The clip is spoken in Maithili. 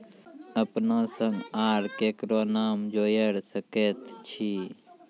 अपन संग आर ककरो नाम जोयर सकैत छी?